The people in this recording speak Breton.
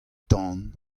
tan